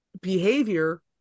behavior